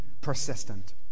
persistent